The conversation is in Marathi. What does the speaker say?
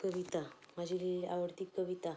कविता माझी लिहिलेली आवडती कविता